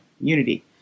Unity